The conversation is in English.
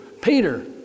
Peter